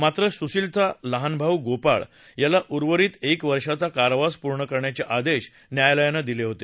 मात्र सुशीलचा लहान भाऊ गोपाळ याला उर्वरित एक वर्षांचा कारावास पूर्ण करण्याचे आदेश न्यायालयानं दिले होते